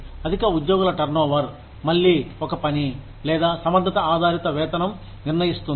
అధిక ఉద్యోగుల టర్నోవర్ మళ్లీ ఒక పని లేదా సమర్ధత ఆధారిత వేతనం నిర్ణయిస్తుంది